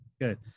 Good